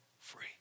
free